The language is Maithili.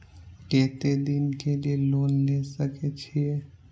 केते दिन के लिए लोन ले सके छिए?